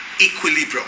equilibrium